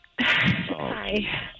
Hi